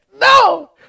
No